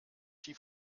die